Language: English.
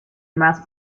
mass